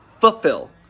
fulfill